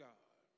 God